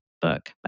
book